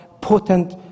potent